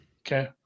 Okay